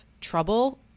trouble